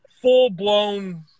full-blown